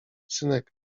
synek